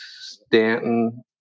Stanton